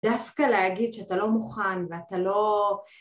דווקא להגיד שאתה לא מוכן ואתה לא...